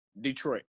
Detroit